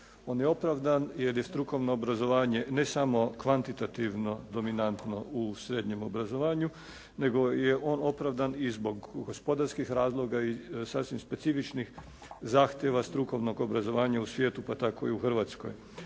On je opravdan jer je strukovno obrazovanje ne samo kvantitativno dominantno u srednjem obrazovanju nego je on opravdan i zbog gospodarskih razloga i sasvim specifičnih zahtjeva strukovnog obrazovanja u svijetu pa tako i u Hrvatskoj.